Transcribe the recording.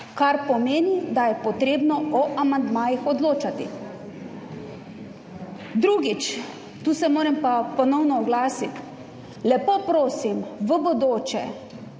kar pomeni, da je potrebno o amandmajih odločati. Drugič. Tu se moram pa ponovno oglasiti. Lepo prosim, v bodoče,